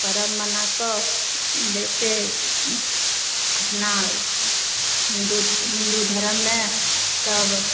पर्व मनाकऽ जैसे अपना हिन्दू हिवन्दु धर्ममे सब